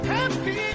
Happy